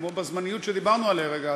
כמו בזמניות שדיברנו עליה הרגע,